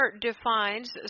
defines